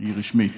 רשמית